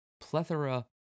plethora